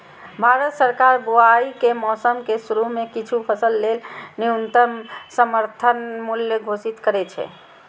भारत सरकार बुआइ के मौसम के शुरू मे किछु फसल लेल न्यूनतम समर्थन मूल्य घोषित करै छै